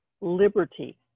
liberty